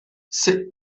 sut